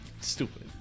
Stupid